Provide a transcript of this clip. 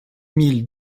mille